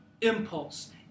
impulse